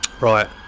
Right